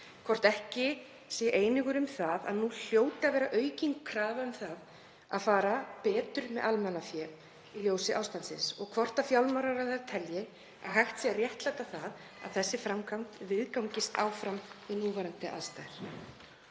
hvort ekki sé einhugur um að nú hljóti að vera aukin krafa um að fara betur með almannafé í ljósi ástandsins og hvort fjármálaráðherra telji að hægt sé að réttlæta að þessi framkvæmd viðgangist áfram við núverandi aðstæður.